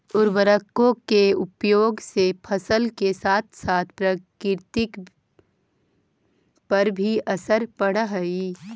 उर्वरकों के उपयोग से फसल के साथ साथ प्रकृति पर भी असर पड़अ हई